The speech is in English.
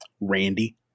Randy